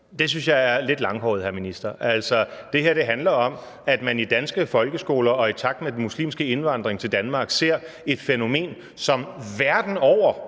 Det synes jeg er lidt langhåret, hr. minister. Altså, det her handler om, at man i danske folkeskoler og i takt med den muslimske indvandring til Danmark ser et fænomen, som verden over